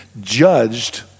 judged